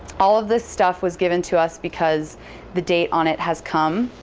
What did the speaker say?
all of this stuff was given to us because the date on it has come,